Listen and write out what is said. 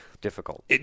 Difficult